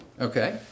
Okay